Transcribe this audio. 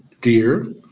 dear